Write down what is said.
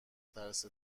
ترس